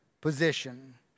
position